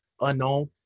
unknown